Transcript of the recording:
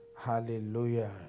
Hallelujah